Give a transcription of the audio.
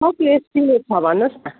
कति एस्टिमेट छ भन्नुहोस् न